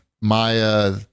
Maya